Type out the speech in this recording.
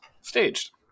staged